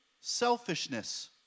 Selfishness